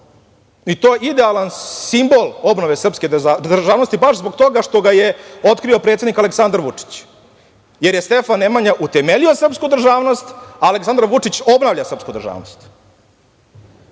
I to je idealan simbol obnove srpske državnosti, baš zbog toga što ga je otkrio predsednik Aleksandar Vučić, jer je Stefan Nemanja temeljio srpsku državnost, a Aleksandar Vučić obnavlja srpsku državnost. Morate